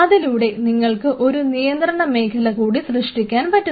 അതിലൂടെ നിങ്ങൾക്ക് ഒരു നിയന്ത്രണ മേഖല കൂടി സൃഷ്ടിക്കാൻ പറ്റുന്നു